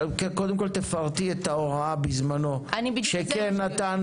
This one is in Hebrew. אבל קודם כל תפרטי את ההוראה בזמנו שכן נתן